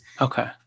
Okay